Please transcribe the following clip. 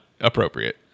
appropriate